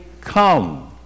come